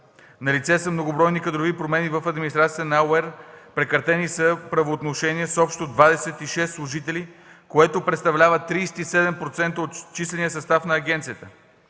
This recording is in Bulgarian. Налице са многобройни кадрови промени в администрацията на агенцията – прекратени са правоотношения с общо 26 служители, което представлява 37% от числения й състав. В тази